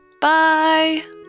Bye